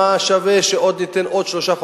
מה שווה שניתן עוד שלושה חודשים?